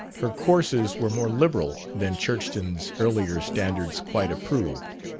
her courses were more liberal than churchton's earlier standards quite approved.